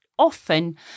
Often